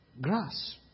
grass